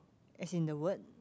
as in the word